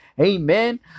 Amen